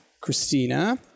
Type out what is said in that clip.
Christina